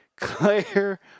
Claire